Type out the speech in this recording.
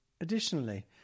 Additionally